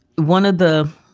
one of the.